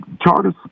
Charters